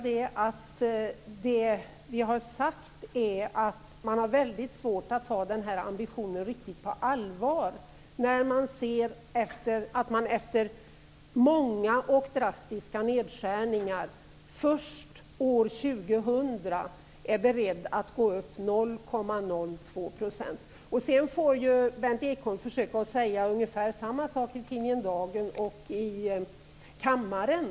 Det som vi har sagt är att vi har väldigt svårt att ta denna ambition riktigt på allvar när vi ser att man efter många och drastiska nedskärningar först år 2000 är beredd att gå upp 0,02 %. Sedan får Berndt Ekholm försöka säga ungefär samma sak i tidningen Dagen som han säger i kammaren.